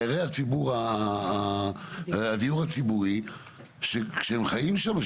דיירי הדיור הציבורי שחיים שם,